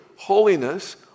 Holiness